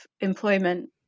employment